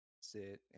sit